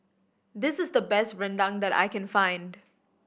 this is the best rendang that I can find